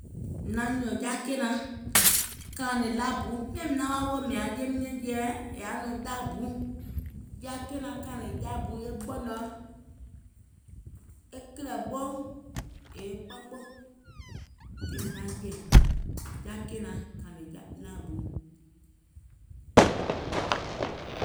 Mìŋ naŋ nyùnò ja kènaŋ, ja kènaŋ kàànè laabu, miàìm maŋ wa woò mìàŋ jèim nɛ̀ŋjeɛ̀ è yaà nɔŋ laabu, ja kènaŋ kàànè laabu, e ɓɔ̀nɔ, e kìlɛ̀ɓou, yèè kpamò, tiŋ mìŋ naŋ jè, ja kènaŋ kàànè laabu.